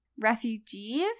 refugees